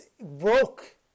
broke